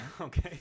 okay